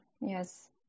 yes